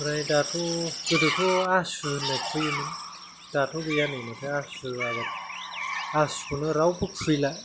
आमफ्राय दाथ' गोदोथ' आसु होननाय खुबैयो मोन दाथ' गैया नै माथो आसु आबाद आसुखौनो रावबो खुबैला